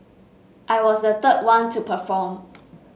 I was the third one to perform